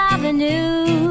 Avenue